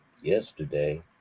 yesterday